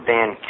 Dan